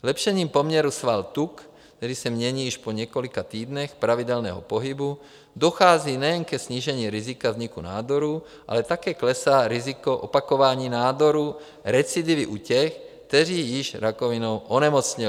Zlepšením poměru sval/tuk, který se mění již po několika týdnech pravidelného pohybu, dochází nejen ke snížení rizika vzniku nádorů, ale také klesá riziko opakování nádoru recidivy u těch, kteří již rakovinou onemocněli.